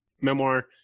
memoir